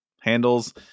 handles